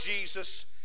Jesus